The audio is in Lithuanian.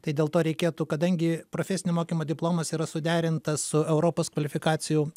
tai dėl to reikėtų kadangi profesinio mokymo diplomas yra suderintas su europos kvalifikacijų